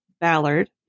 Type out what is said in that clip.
Ballard